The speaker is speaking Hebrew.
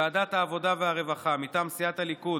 בוועדת העבודה והרווחה, מטעם סיעת הליכוד,